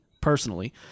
personally